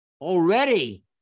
already